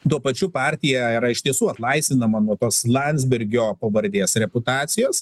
tuo pačiu partija yra iš tiesų atlaisvinama nuo tos landsbergio pavardės reputacijos